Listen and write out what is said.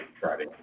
Friday